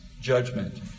judgment